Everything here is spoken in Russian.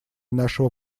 нашего